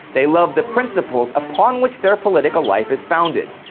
they love the principals upon which their political life is founded.